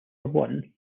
one